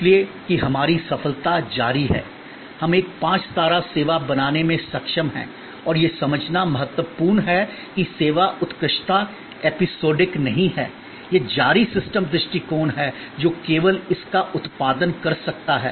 इसलिए कि हमारी सफलता जारी है हम एक पाँच सितारा सेवा बनाने में सक्षम हैं और यह समझना महत्वपूर्ण है कि सेवा उत्कृष्टता एपिसोडिक नहीं है यह एक जारी सिस्टम दृष्टिकोण है जो केवल इसका उत्पादन कर सकता है